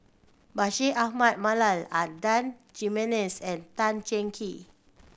Bashir Ahmad Mallal Adan Jimenez and Tan Cheng Kee